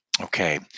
Okay